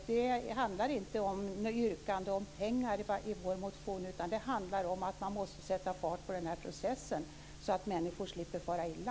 Det handlar inte om något yrkande om pengar i vår motion, utan det handlar om att man måste sätta fart på den här processen så att människor slipper fara illa.